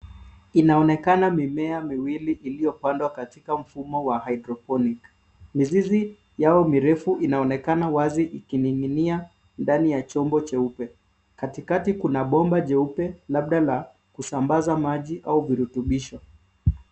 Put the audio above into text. Inonekana mimea miwili iliyopandwa katika mfumo wa haidroponik. Mizizi yao mirefu inaonekana wazi ikining'inia ndani ya chombo cheupe katikati kuna bomba jeupe labda la kusambaza maji au virutubisho.